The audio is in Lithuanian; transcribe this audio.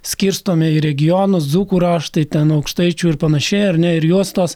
skirstome į regionus dzūkų raštai ten aukštaičių ir panašiai ar ne ir juostos